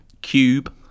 Cube